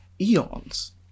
eons